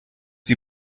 die